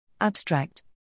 Abstract